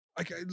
okay